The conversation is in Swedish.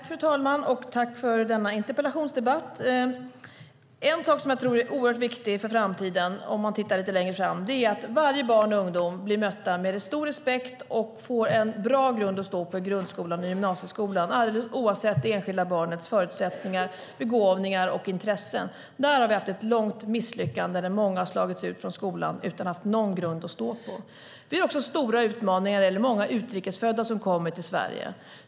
Fru talman! Tack för denna interpellationsdebatt! En sak jag tror är oerhört viktig för framtiden, om man tittar lite längre fram, är att varje barn och ungdom blir bemött med stor respekt och får en bra grund att stå på i grundskolan och gymnasieskolan, alldeles oavsett det enskilda barnets förutsättningar, begåvningar och intressen. Vi har haft ett långt misslyckande där många har slagits ut från skolan utan någon grund att stå på. Vi har också stora utmaningar när det gäller många utrikes födda som kommer till Sverige.